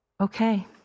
okay